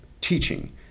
teaching